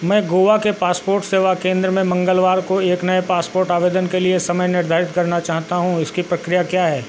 मैं गोवा के पासपोर्ट सेवा केंद्र में मंगलवार को एक नए पासपोर्ट आवेदन के लिए समय निर्धारित करना चाहता हूँ इस की प्रक्रिया क्या है